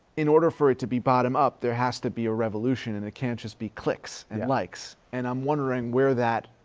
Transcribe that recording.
in order for it to be bottom up, there has to be a revolution and it can't just be clicks and likes. and i'm wondering where that